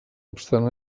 obstant